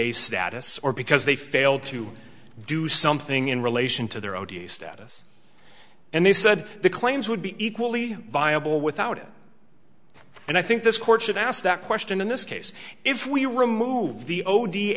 n status or because they failed to do something in relation to their own status and they said the claims would be equally viable without it and i think this court should ask that question in this case if we remove